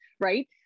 right